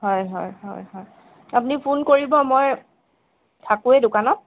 হয় হয় হয় হয় আপুনি ফোন কৰিব মই থাকোৱেই দোকানত